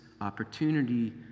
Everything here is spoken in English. opportunity